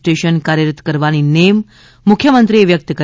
station કાર્યરત કરવાની નેમ મુખ્યમંત્રીએ વ્યક્ત કરી